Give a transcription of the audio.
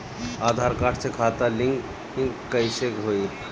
आधार card से खाता link कईसे होई?